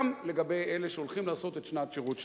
גם לגבי אלה שהולכים לעשות את שנת השירות השלישית.